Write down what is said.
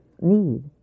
need